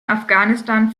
afghanistan